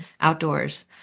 outdoors